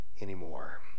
anymore